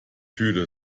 fühle